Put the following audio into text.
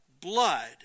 blood